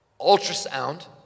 ultrasound